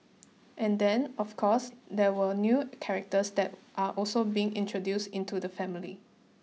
and then of course there were new characters that are also being introduced into the family